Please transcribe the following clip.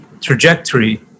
trajectory